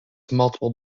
multiple